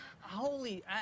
Holy